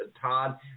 Todd